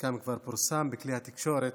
שחלקם כבר פורסמו בכלי התקשורת,